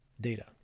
data